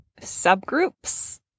subgroups